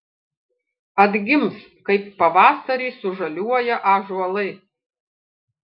atgims kaip pavasarį sužaliuoja ąžuolai